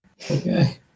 Okay